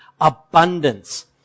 abundance